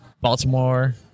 Baltimore